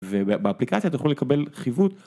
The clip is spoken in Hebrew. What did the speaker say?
ובאפליקציה תוכלו לקבל חיווי...